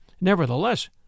Nevertheless